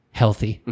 healthy